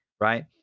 Right